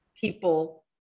people